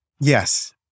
Yes